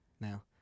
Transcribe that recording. now